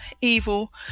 evil